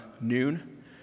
noon